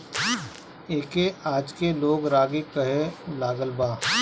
एके आजके लोग रागी कहे लागल बा